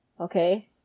okay